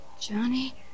Johnny